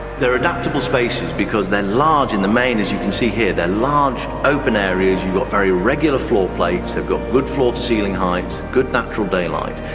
they're adaptable spaces, because they're large in the main as you can see here, they're large open areas, you've got very regular floor plates, they've got good floor-to-ceiling heights, good natural daylight,